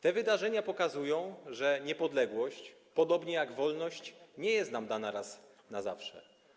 Te wydarzenia pokazują, że niepodległość, podobnie jak wolność, nie jest nam dana raz na zawsze.